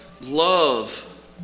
love